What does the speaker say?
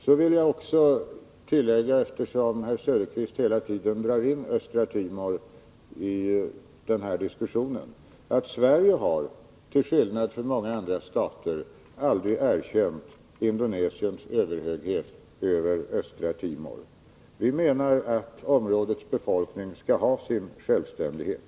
Så vill jag också tillägga, eftersom herr Söderqvist hela tiden drar in Östtimor i den här diskussionen, att Sverige, till skillnad från många andra stater, aldrig har erkänt Indonesiens överhöghet över Östtimor. Vi menar att områdets befolkning skall ha sin självständighet.